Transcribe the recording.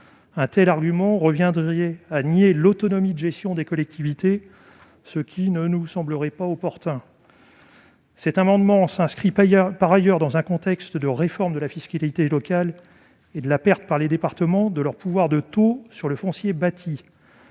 Cela reviendrait à nier l'autonomie de gestion des collectivités, ce qui ne nous semblerait pas opportun. La mesure proposée s'inscrit par ailleurs dans un contexte de réforme de la fiscalité locale et de perte par les départements de leur pouvoir de taux sur le foncier bâti.